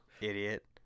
Idiot